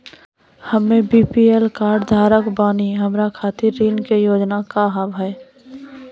हम्मे BPL card धारक बानि हमारा खातिर ऋण के योजना का होव हेय?